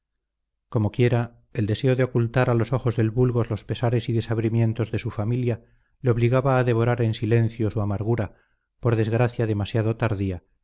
dobleces comoquiera el deseo de ocultar a los ojos del vulgo los pesares y desabrimientos de su familia le obligaba a devorar en silencio su amargura por desgracia demasiado tardía